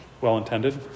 well-intended